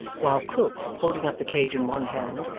while quilp, holding up the cage in one hand,